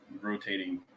rotating